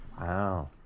Wow